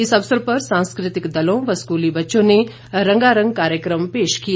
इस अवसर पर सांस्कृतिक दलों व स्कूली बच्चों ने रंगारंग कार्यक्रम पेश किए